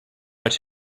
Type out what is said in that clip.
right